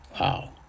Wow